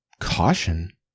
Caution